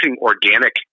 organic